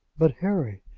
but, harry,